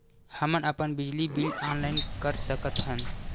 हमन अपन बिजली बिल ऑनलाइन कर सकत हन?